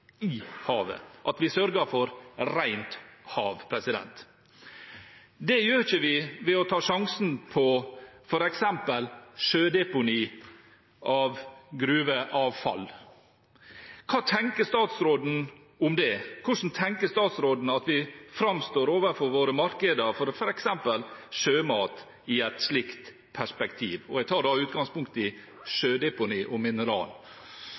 i havet, og at vi sørger for reint hav. Det gjør vi ikke ved å ta sjansen på f.eks. sjødeponi av gruveavfall. Hva tenker statsråden om det? Hvordan tenker statsråden at vi framstår overfor våre markeder for f.eks. sjømat i et slikt perspektiv? Jeg tar da utgangspunkt i